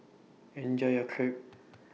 Enjoy your Crepe